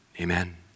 Amen